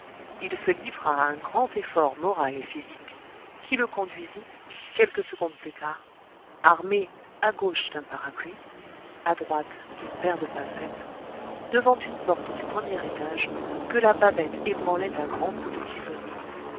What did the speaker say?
il se livra à un grand effort moral et physique qui le conduisit quelques secondes plus tard armé à gauche d'un parapluie à droite d'une paire de pincettes devant une porte du premier étage que la babette ébranlait à grands coups de tisonnier